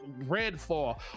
Redfall